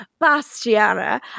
Bastiana